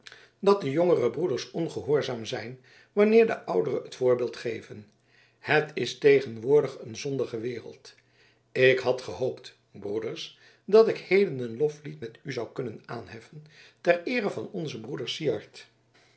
dat de jongere broeders ongehoorzaam zijn wanneer de oudere het voorbeeld geven het is tegenwoordig een zondige wereld ik had gehoopt broeders dat ik heden een loflied met u zou kunnen aanheffen ter eere van onzen broeder syard